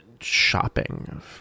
shopping